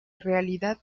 realidad